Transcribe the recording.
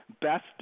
best